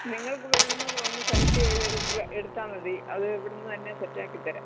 നിങ്ങൾക്ക് വേണ്ടത് വന്ന് സെലക്റ്റ് ചെയ്ത് എടുക്കുക എടുത്താൽ മതി അത് ഇവിടുന്ന് തന്നെ സെറ്റ് ആക്കി തരാം